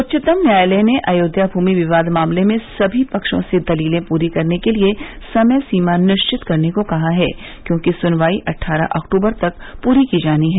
उच्चतम न्यायालय ने अयोध्या भूमि विवाद मामले में सभी पक्षों से दलीलें पूरी करने के लिए समय सीमा निश्चित करने को कहा है क्योंकि सुनवाई अट्ठारह अक्तूबर तक पूरी की जानी है